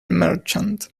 merchant